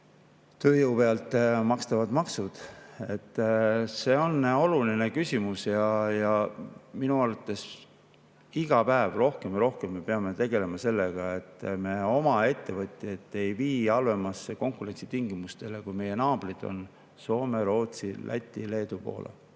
tööjõu pealt makstavad maksud. See on oluline küsimus. Ja minu arvates iga päev rohkem ja rohkem me peame tegelema sellega, et me oma ettevõtjaid ei vii halvematesse konkurentsitingimustesse, kui on meie naabrid Soome, Rootsi, Läti, Leedu ja Poola.